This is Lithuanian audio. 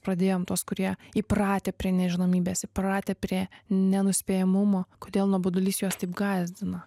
pradėjom tuos kurie įpratę prie nežinomybės įpratę prie nenuspėjamumo kodėl nuobodulys juos taip gąsdina